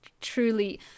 truly